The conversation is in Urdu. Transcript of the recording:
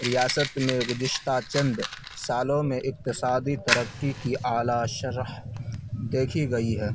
ریاست میں گذشتہ چند سالوں میں اقتصادی ترقی کی اعلیٰ شرح دیکھی گئی ہے